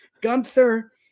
Gunther